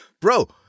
Bro